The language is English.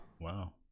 Wow